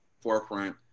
forefront